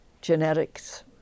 genetics